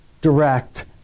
direct